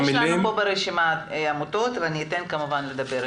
נמצאות כאן ברשימה עמותות ואני אתן להם את זכות הדיבור.